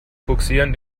bugsieren